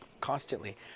constantly